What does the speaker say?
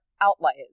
outliers